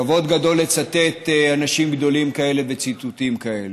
כבוד גדול לצטט אנשים גדולים כאלה וציטוטים כאלה.